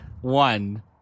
One –